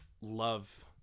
love